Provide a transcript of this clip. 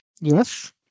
Yes